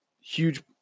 huge